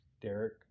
Derek